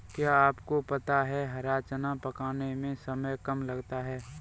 क्या आपको पता है हरा चना पकाने में समय कम लगता है?